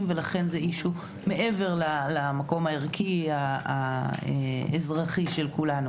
ולכן זה אישיו מעבר למקום הערכי והאזרחי של כולנו.